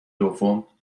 دوم